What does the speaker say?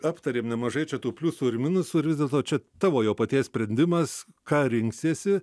aptarėm nemažai čia tų pliusų ir minusų ir vis dėlto čia tavo jo paties sprendimas ką rinksiesi